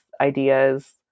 ideas